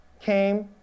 came